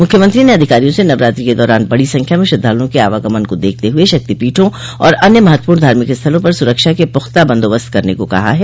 मुख्यमंत्री ने अधिकारियों से नवरात्रि के दौरान बड़ी संख्या में श्रद्वालुओं के आवागमन को देखते हुए शक्तिपीठों और अन्य महत्वपूर्ण धार्मिक स्थलो पर सुरक्षा के पुख्ता बंदोबस्त करने को कहा है